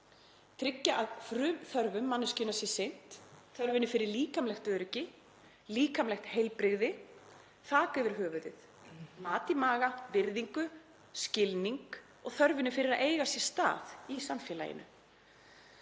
tryggja að frumþörfum manneskjunnar sé sinnt, þörfinni fyrir líkamlegt öryggi, líkamlegt heilbrigði, þak yfir höfuðið, mat í maga, virðingu, skilning og þörfinni fyrir að eiga sér stað í samfélaginu.